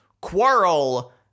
Quarrel